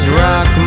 rock